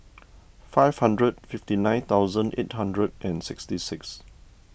five hundred fifty nine thousand eight hundred and sixty six